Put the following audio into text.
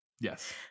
Yes